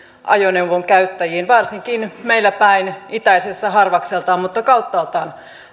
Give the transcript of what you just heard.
käyttäviin varsinkin meillä päin itäisessä harvakseltaan mutta kauttaaltaan